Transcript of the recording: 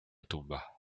tumba